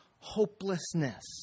hopelessness